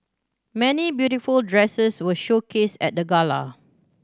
many beautiful dresses were showcased at the gala